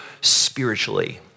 spiritually